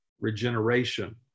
Regeneration